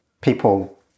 people